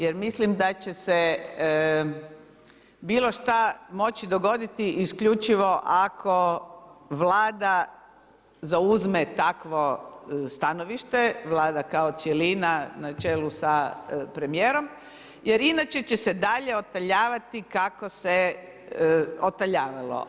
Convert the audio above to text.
Jer mislim da će se bilo šta moći dogoditi isključivo ako Vlada zauzme takvo stanovište, Vlada kao cjelina, na čelu sa premijerom jer inače će se dalje otaljavati kako se otaljavalo.